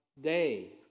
day